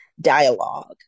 dialogue